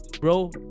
bro